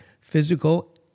physical